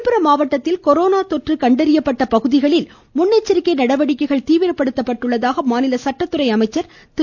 விழுப்புரம் மாவட்டத்தில் கொரோனா தொற்று கண்டறியப்பட்ட பகுதிகளில் முன்னெச்சரிக்கை நடவடிக்கைகள் தீவிரப்படுத்தப்பட்டுள்ளதாக மாநில சட்டத்துறை அமைச்சர் திரு